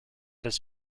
his